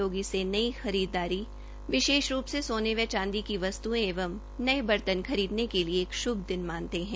लोग इसे नई खरीददारी विशेष रूप से सोने व चांदी की वस्त्यें एवं नए बर्तन खरीदने के लिए एक श्भ दिन मानते है